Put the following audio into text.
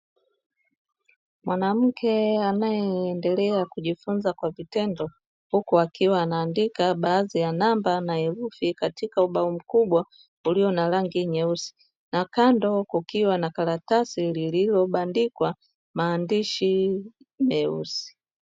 Mwanamke anayeendelea kujifunza kwa vitendo, huku akiwa anaandika baadhi ya namba na herufi katika ubao mkubwa ulio na rangi nyeusi, na kando kukiwa na karatasi lililobandikwa maandishi meusi.